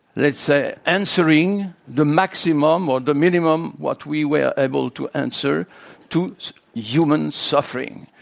let's say, answering the maximum or the minimum what we were able to answer to human suffering.